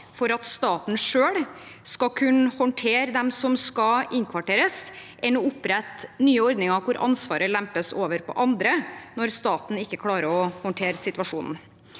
for at staten selv skal kunne håndtere de som skal innkvarteres, enn å opprette nye ordninger hvor ansvaret lempes over på andre når staten ikke klarer å håndtere situasjonen.